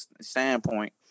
standpoint